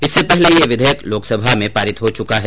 इससे पहले ये विधेयक लोकसभा में पारित हो चुका है